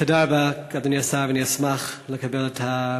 תודה רבה, אדוני השר, ואני אשמח לקבל את המידע.